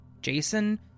Jason